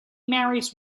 marries